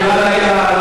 במישור הפלילי,